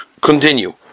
continue